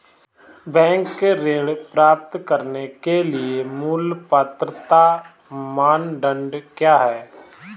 Bank ऋण प्राप्त करने के लिए मूल पात्रता मानदंड क्या हैं?